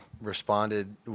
responded